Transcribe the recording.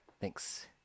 Thanks